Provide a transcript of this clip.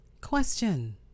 question